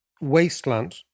wasteland